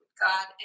God